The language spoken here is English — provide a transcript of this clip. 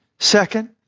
Second